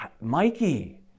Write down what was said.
Mikey